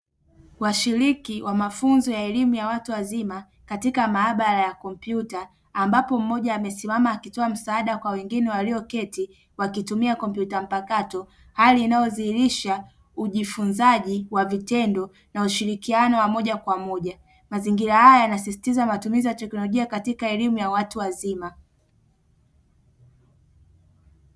Washiriki wa mafunzo ya elimu ya watu wazima katika maabara ya kompyuta ambapo mmoja amesimama akitoa msaada kwa wengine walioketi wakitumia kompyuta mpakato hali inayodhihirisha ujifunzaji wa vitendo na ushirikiano wa moja kwa moja, mazingira haya yanasisitiza matumizi ya teknolojia katika elimu ya watu wazima.